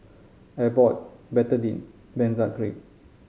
Abbott Betadine Benzac Cream